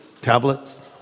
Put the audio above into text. tablets